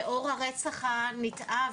לאור הרצח הנתעב,